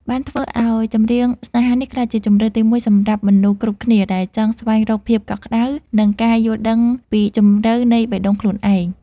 បានធ្វើឱ្យ ចម្រៀងស្នេហានេះ ក្លាយជាជម្រើសទីមួយសម្រាប់មនុស្សគ្រប់គ្នាដែលចង់ស្វែងរកភាពកក់ក្ដៅ និងការយល់ដឹងពីជម្រៅនៃបេះដូងខ្លួនឯង។